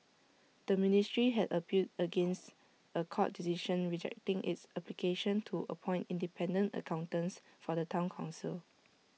the ministry had appealed against A court decision rejecting its application to appoint independent accountants for the Town Council